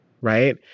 right